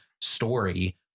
story